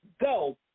go